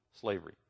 slavery